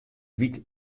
wyt